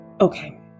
Okay